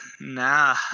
nah